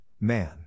man